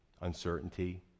uncertainty